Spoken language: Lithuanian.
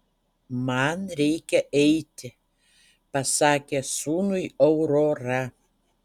man reikia eiti pasakė sūnui aurora